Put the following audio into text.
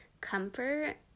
comfort